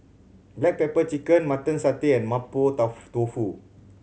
black pepper chicken Mutton Satay and mapo tofu